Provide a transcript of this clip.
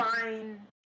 fine